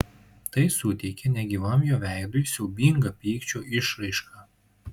tai suteikė negyvam jo veidui siaubingą pykčio išraišką